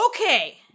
Okay